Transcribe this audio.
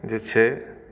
जे छै